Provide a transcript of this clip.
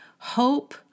hope